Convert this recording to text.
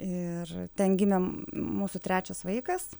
ir ten gimė mūsų trečias vaikas